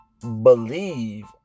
believe